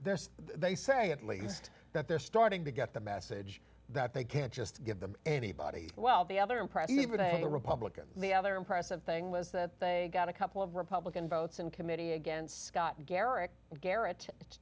there's they say at least that they're starting to get the message that they can't just give them anybody well the other impress even a republican the other impressive thing was that they got a couple of republican votes in committee against scott garrett garrett